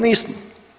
Nismo.